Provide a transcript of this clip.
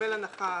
תקבל הנחה.